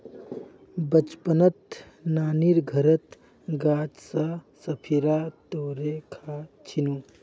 बचपनत नानीर घरत गाछ स शरीफा तोड़े खा छिनु